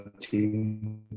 team